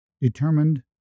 determined